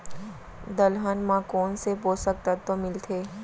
दलहन म कोन से पोसक तत्व मिलथे?